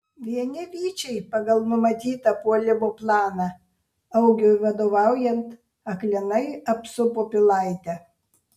vieni vyčiai pagal numatytą puolimo planą augiui vadovaujant aklinai apsupo pilaitę